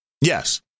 Yes